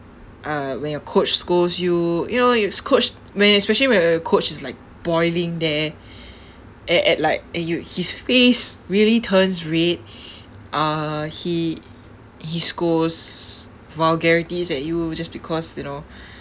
uh when your coach scolds you you know it's coach when especially when your coach is like boiling there at at like and you his face really turns red uh he he scolds vulgarities at you just because you know